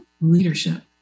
leadership